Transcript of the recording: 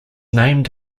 named